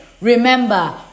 Remember